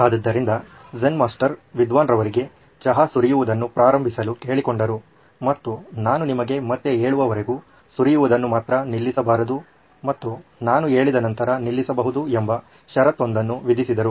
ಆದ್ದರಿಂದ zen master ವಿದ್ವಾನ್ ರವರಿಗೆ ಚಹಾ ಸುರಿಯುವುದನ್ನು ಪ್ರಾರಂಭಿಸಲು ಕೇಳಿಕೊಂಡರು ಮತ್ತು ನಾನು ನಿಮಗೆ ಮತ್ತೆ ಹೇಳುವವರೆಗೂ ಸುರಿಯುವುದನು ಮಾತ್ರ ನಿಲ್ಲಿಸಬಾರದು ಮತ್ತು ನಾನು ಹೇಳಿದ ನಂತರ ನಿಲ್ಲಿಸಬಹುದು ಎಂಬ ಷರತ್ತೊಂದನ್ನು ವಿಧಿಸಿದರು